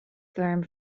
firm